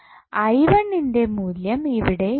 ൻ്റെ മൂല്യം ഇവിടെ ഇടുക